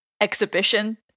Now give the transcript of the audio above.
exhibition